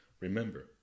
Remember